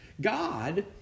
God